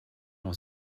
noch